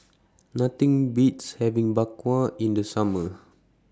Nothing Beats having Bak Kwa in The Summer